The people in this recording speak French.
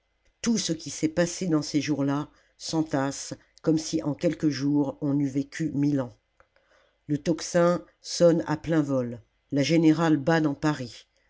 tout ce qui s'est passé dans ces jours-là s'entasse comme si en quelques jours on eût vécu mille ans le tocsin sonne à plein vol la générale bat dans paris